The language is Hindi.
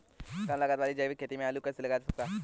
कम लागत वाली जैविक खेती में आलू कैसे लगाया जा सकता है?